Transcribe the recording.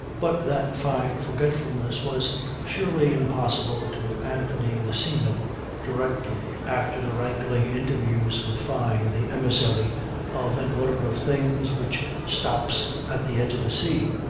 but that fine forgetfulness was surely impossible to anthony the seaman directly after the wrangling interview with fyne the emissary of an order of things which stops at the edge of the sea.